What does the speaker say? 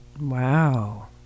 Wow